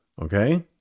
Okay